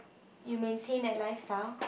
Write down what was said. you maintain at lifestyle